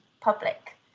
public